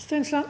Jeg